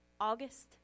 August